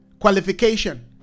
qualification